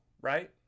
right